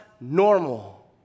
normal